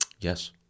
Yes